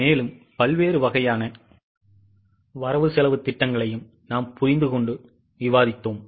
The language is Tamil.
மேலும் பல்வேறு வகையான வரவு செலவுத் திட்டங்களையும் நாம் புரிந்துகொண்டு விவாதித்தோம்